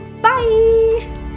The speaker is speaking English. Bye